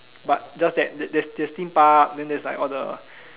but just that there there there's theme park then there's like all the